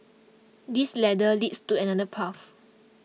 this ladder leads to another path